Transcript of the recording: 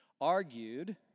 argued